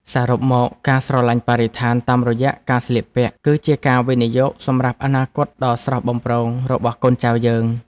សរុបមក ការស្រឡាញ់បរិស្ថានតាមរយៈការស្លៀកពាក់ គឺជាការវិនិយោគសម្រាប់អនាគតដ៏ស្រស់បំព្រងរបស់កូនចៅយើង។